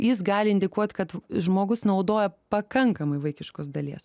jis gali indikuot kad žmogus naudoja pakankamai vaikiškos dalies